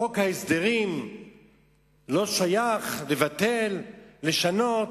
חוק ההסדרים לא שייך, לבטל, לשנות.